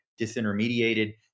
disintermediated